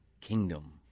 kingdom